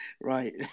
right